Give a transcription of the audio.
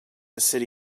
city